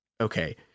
okay